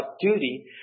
duty